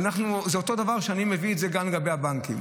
זה אותו דבר שאני מביא גם לגבי הבנקים,